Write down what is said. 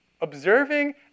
observing